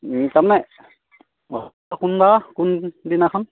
তাৰ মানে কোন দিনাখন